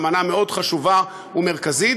אמנה מאוד חשובה ומרכזית,